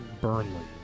Burnley